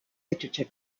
literature